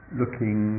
looking